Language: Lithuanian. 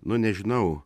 nu nežinau